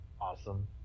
awesome